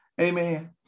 Amen